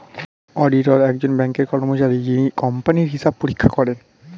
auditor একজন ব্যাঙ্কের কর্মচারী যিনি কোম্পানির হিসাব পরীক্ষা করেন